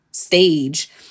stage